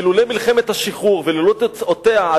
ולולא מלחמת השחרור ולולא תוצאותיה,